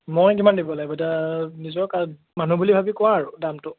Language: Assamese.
মই কিমান দিব লাগিব এতিয়া নিজৰ কা মানুহ বুলি ভাবি কোৱা আৰু দামটো